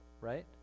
right